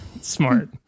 Smart